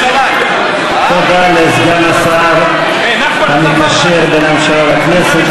תודה לסגן השר המקשר בין הממשלה לכנסת,